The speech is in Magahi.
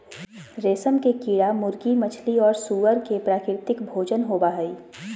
रेशम के कीड़ा मुर्गी, मछली और सूअर के प्राकृतिक भोजन होबा हइ